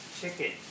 chicken